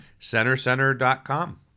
Centercenter.com